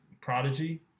Prodigy